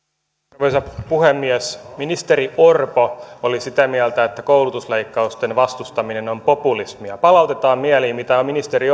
arvoisa puhemies ministeri orpo oli sitä mieltä että koulutusleikkausten vastustaminen on populismia palautetaan mieliin mitä ministeri